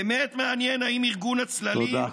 באמת מעניין אם ארגון הצללים, תודה.